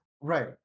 Right